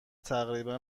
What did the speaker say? تقریبا